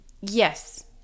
Yes